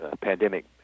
pandemic